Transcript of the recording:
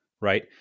right